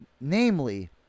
Namely